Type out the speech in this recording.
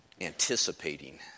anticipating